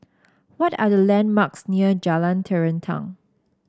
what are the landmarks near Jalan Terentang